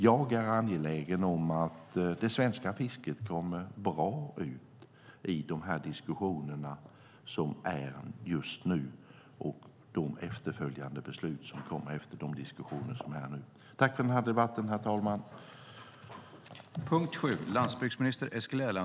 Jag är angelägen om att det svenska fisket kommer bra ut i de diskussioner som nu förs liksom i de efterföljande besluten.